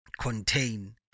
contain